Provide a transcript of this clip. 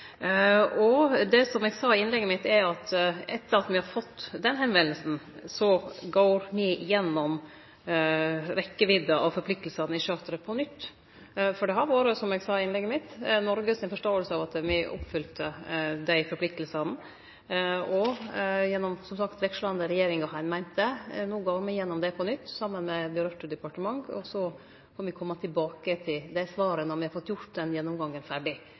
Det som eg sa i innlegget mitt, er at etter at me har fått den oppmodinga, går me gjennom rekkjevidda av forpliktingane i charteret på nytt. For det har vore, som eg sa i innlegget mitt, Noreg si forståing at me oppfylte dei forpliktingane, og gjennom vekslande regjeringar har ein, som sagt, meint det. No går me gjennom det på nytt saman med dei departementa det gjeld, og så skal me kome tilbake til det svaret når me har fått gjort den gjennomgangen ferdig.